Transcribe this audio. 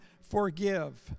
forgive